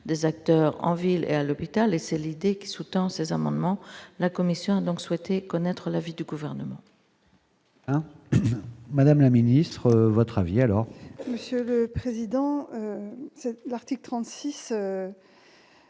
des acteurs en ville et à l'hôpital et c'est l'idée qui sous-tend ces amendements, la commission a donc souhaité connaître l'avis du gouvernement. Madame la ministre, votre avis alors. Résidant c'est l'article 36